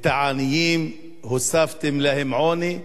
לעניים הוספתם עוני,